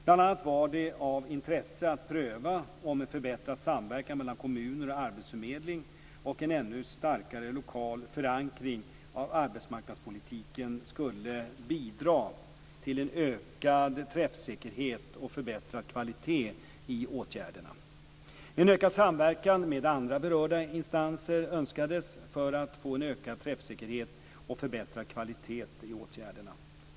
Bl.a. var det av intresse att pröva om en förbättrad samverkan mellan kommuner och arbetsförmedling, och en ännu starkare lokal förankring av arbetsmarknadspolitiken, skulle bidra till en ökad träffsäkerhet och förbättrad kvalitet i åtgärderna. En ökad samverkan med andra berörda instanser önskades för att få en ökad träffsäkerhet och förbättrad kvalitet i åtgärderna.